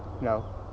No